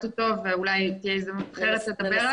אותו ואולי תהיה הזדמנות אחרת לדבר עליו.